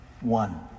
One